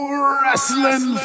wrestling